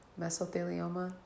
mesothelioma